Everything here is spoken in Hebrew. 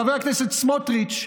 חבר הכנסת סמוטריץ',